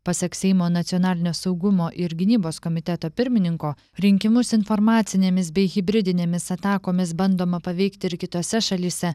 pasak seimo nacionalinio saugumo ir gynybos komiteto pirmininko rinkimus informacinėmis bei hibridinėmis atakomis bandoma paveikti ir kitose šalyse